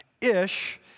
Ish